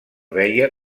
veia